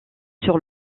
sur